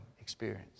experience